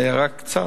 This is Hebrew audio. היו רק קצת,